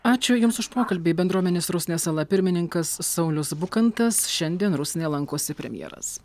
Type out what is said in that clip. ačiū jums už pokalbį bendruomenės rusnės sala pirmininkas saulius bukantas šiandien rusnėje lankosi premjeras